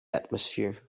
atmosphere